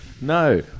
No